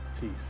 peace